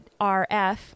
RF